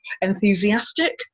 enthusiastic